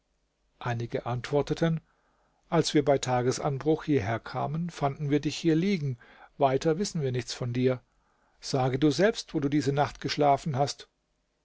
einige antworteten als wir bei tagesanbruch hierher kamen fanden wir dich hier liegen weiter wissen wir nichts von dir sage du selbst wo du diese nacht geschlafen hast